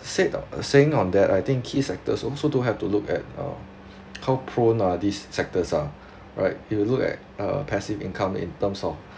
said saying on that I think key sectors also don't have to look uh how pron are these sectors are right you look at uh passive income in terms of